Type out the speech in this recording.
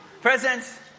presents